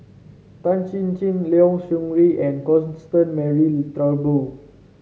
Tan Chin Chin Liao Yingru and Constance Mary Turnbull